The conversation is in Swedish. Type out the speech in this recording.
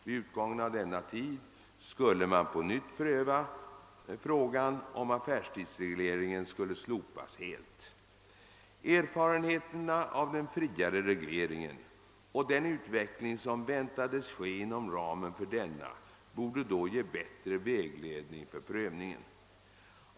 Vid utgången av denna tid skulle man på nytt pröva frågan om 'affärstidsregleringen skulle slopas helt. Erfarenheterna av den friare regleringen och den utveckling som vänta des ske inom ramen för denna borde då ge bättre vägledning för prövningen.